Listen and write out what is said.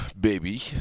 baby